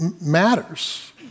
matters